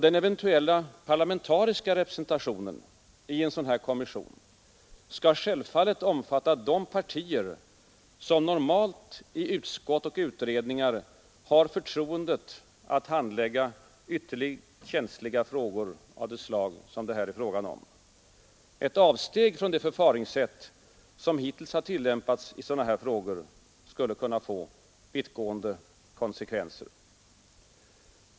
Den eventuella parlamentariska representationen i en sådan här kommission skall självfallet omfatta de partier som normalt i utskott och utredningar har förtroendet att handlägga ytterligt känsliga frågor av det slag som det här är fråga om. Ett avsteg från det förfaringssätt som hittills tillämpats i sådana här frågor skulle kunna få vittgående konsekvenser.